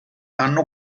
hanno